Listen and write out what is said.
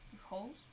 holes